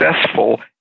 successful